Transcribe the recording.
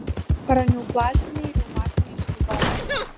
paraneoplastiniai reumatiniai sindromai